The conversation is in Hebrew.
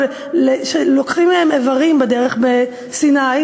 או שלוקחים מהם איברים בדרך בסיני.